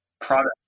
product